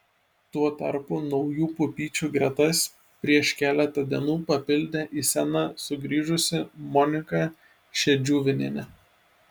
tuo tarpu naujų pupyčių gretas prieš keletą dienų papildė į sceną sugrįžusi monika šedžiuvienė